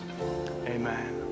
Amen